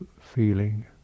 feeling